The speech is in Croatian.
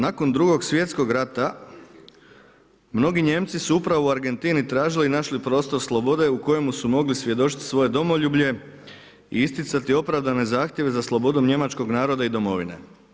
Dakle, nakon Drugog svjetskog rata mnogi Nijemci su upravo u Argentini tražili i našli prostor slobode u kojemu su mogli svjedočiti svoje domoljublje i isticati opravdane zahtjeve za slobodom njemačkog naroda i domovine.